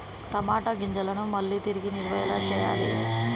టమాట గింజలను మళ్ళీ తిరిగి నిల్వ ఎలా చేయాలి?